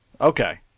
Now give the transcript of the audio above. Okay